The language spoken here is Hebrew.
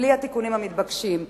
בלי התיקונים המתבקשים.